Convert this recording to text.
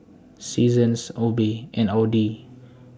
Seasons Obey and Audi